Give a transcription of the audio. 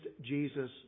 Jesus